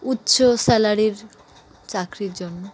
উচ্চ স্যালারির চাকরির জন্য